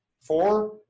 four